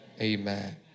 Amen